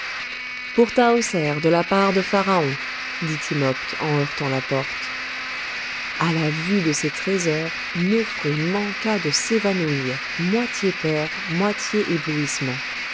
pour tahoser de la part de pharaon dit timopht en heurtant la porte à la vue de ces trésors nofré manqua de s'évanouir moitié peur moitié éblouissement